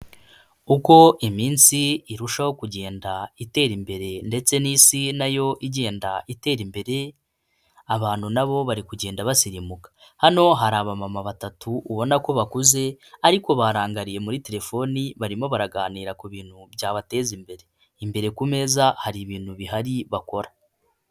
Uko iminsi irushaho kugenda itera imbere ndetse n'isi nayo igenda itera imbere, abantu na bo bari kugenda basirimuka. Hano hari abamama batatu ubona ko bakuze ariko barangariye muri telefoni, barimo baraganira ku bintu byabateza imbere, imbere ku meza hari ibintu bihari bakora.